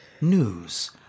news